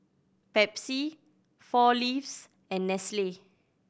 Pepsi Four Leaves and Nestle